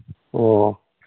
ꯑꯣ ꯑꯣ